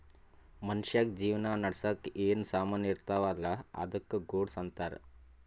ಮನ್ಶ್ಯಾಗ್ ಜೀವನ ನಡ್ಸಾಕ್ ಏನ್ ಸಾಮಾನ್ ಇರ್ತಾವ ಅಲ್ಲಾ ಅದ್ದುಕ ಗೂಡ್ಸ್ ಅಂತಾರ್